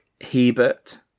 Hebert